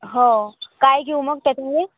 हो काय घेऊ मग त्याच्यात मी